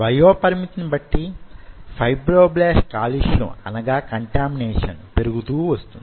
వయోపరిమితిని బట్టి ఫైబ్రోబ్లాస్ట్ కాలుష్యం పెరుగుతూ వస్తుంది